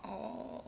orh